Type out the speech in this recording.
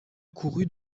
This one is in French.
courut